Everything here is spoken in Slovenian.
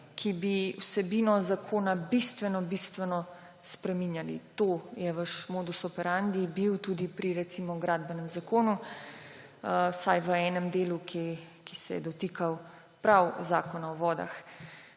ki bi vsebino zakona bistveno bistveno spreminjali. To je bil vaš modus operandi tudi pri recimo Gradbenem zakonu, vsaj v enem delu, ki se je dotikal prav Zakona o vodah.